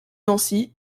nancy